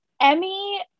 Emmy